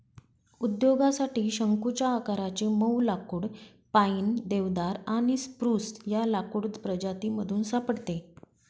उद्योगासाठी शंकुच्या आकाराचे मऊ लाकुड पाईन, देवदार आणि स्प्रूस या लाकूड प्रजातीमधून सापडते